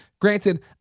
Granted